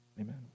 amen